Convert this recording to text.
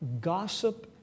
gossip